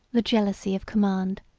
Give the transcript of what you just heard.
the jealousy of command,